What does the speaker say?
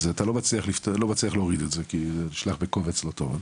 אתה לא מצליח להוריד את זה כי זה נשלח בקובץ לא טוב,